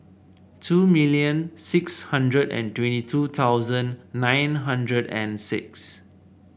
two million six hundred and twenty two thousand nine hundred and six